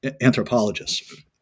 anthropologists